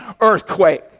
earthquake